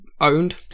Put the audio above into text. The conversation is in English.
owned